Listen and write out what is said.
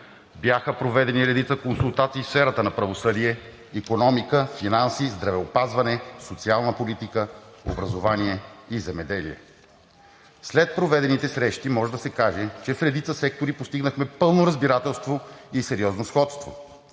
бяха проведени редица консултации в сферата на правосъдие, икономика, финанси, здравеопазване, социална политика, образование и земеделие. След проведените срещи може да се каже, че в редица сектори постигнахме пълно разбирателство и сериозно сходство.